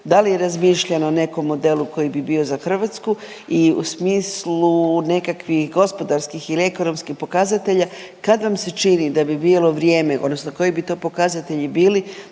da li je razmišljeno o nekom modelu koji bi bio za Hrvatsku i u smislu nekakvih gospodarskih ili ekonomskih pokazatelja kad vam se čini da bi bilo vrijeme odnosno koji bi to pokazatelji bili